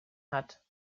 hat